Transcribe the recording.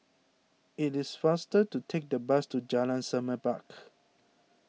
it is faster to take the bus to Jalan Semerbak